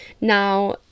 Now